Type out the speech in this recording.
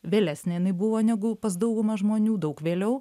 vėlesnė jinai buvo negu pas daugumą žmonių daug vėliau